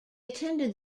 attended